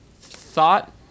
thought